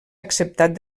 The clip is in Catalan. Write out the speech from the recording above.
acceptat